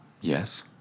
Yes